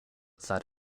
that